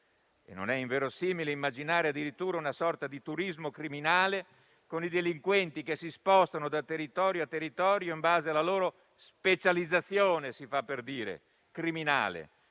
Non è inverosimile immaginare addirittura una sorta di turismo criminale, con i delinquenti che si spostano da territorio a territorio in base alla loro specializzazione - si fa per dire - criminale,